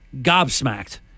gobsmacked